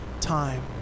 time